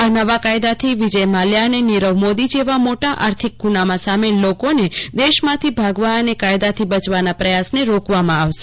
આ નવા કાયદાથી વિજય માલ્યા અને નીરવ મોદી જેવાં મોટા આર્થિક ગુનામાં સામેલ લોકોને દેશમાંથી ભાગવા અને કાયદાથી બચવાના પ્રયાસને રોકવામાં આવશે